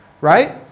right